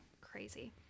Crazy